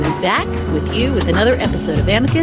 back with you with another episode of and yeah